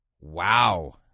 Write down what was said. Wow